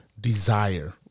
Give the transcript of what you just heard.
desire